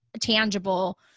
tangible